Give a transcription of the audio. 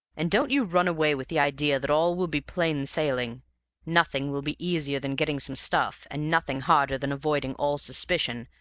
and don't you run away with the idea that all will be plain sailing nothing will be easier than getting some stuff, and nothing harder than avoiding all suspicion,